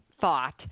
thought